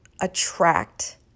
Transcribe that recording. attract